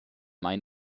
main